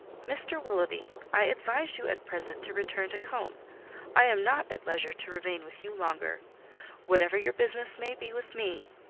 mr. willoughby, i advise you at present to return to combe i am not at leisure to remain with you longer whatever your business may be with me,